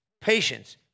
Patience